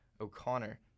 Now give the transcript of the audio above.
O'Connor